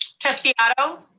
trustee otto?